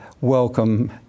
welcome